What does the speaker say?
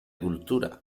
cultura